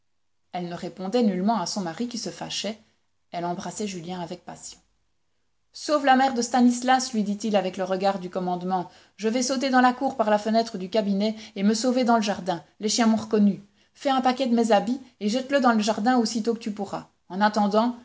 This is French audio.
elle ne répondait nullement à son mari qui se fâchait elle embrassait julien avec passion sauve la mère de stanislas lui dit-il avec le regard du commandement je vais sauter dans la cour par la fenêtre du cabinet et me sauver dans le jardin les chiens m'ont reconnu fais un paquet de mes habits et jette le dans le jardin aussitôt que tu pourras en attendant